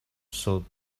showed